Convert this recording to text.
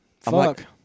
Fuck